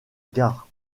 gare